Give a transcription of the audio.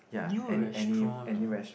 new restaurant nah